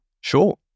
Sure